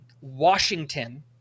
washington